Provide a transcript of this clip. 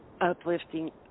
uplifting